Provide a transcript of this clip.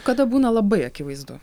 kada būna labai akivaizdu